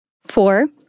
Four